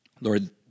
Lord